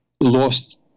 lost